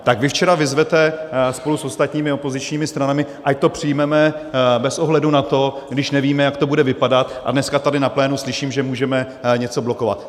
Tak vy včera vyzvete spolu s ostatními opozičními stranami, ať to přijmeme, bez ohledu na to, když nevíme, jak to bude vypadat, a dneska tady na plénu slyším, že můžeme něco blokovat.